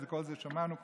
את כל זה שמענו כבר,